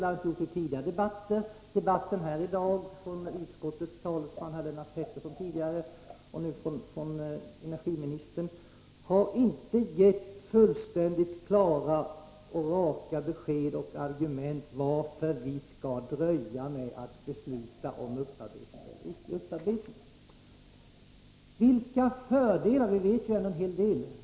Jag har inte gjort det i tidigare debatter, och de inlägg som gjorts här i dag av utskottets talesman Lennart Pettersson och av energiministern har inte givit fullständigt klara och raka besked om varför vi skall dröja med att besluta om upparbetning eller icke upparbetning. Vi vet ju ändå en hel del.